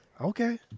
Okay